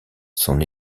son